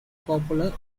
popular